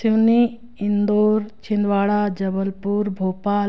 Seoni Indore Chhindwara Jabalpur Bhopal